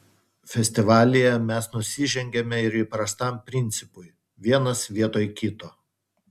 festivalyje mes nusižengiame ir įprastam principui vienas vietoj kito